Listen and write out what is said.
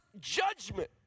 judgment